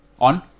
On